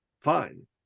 fine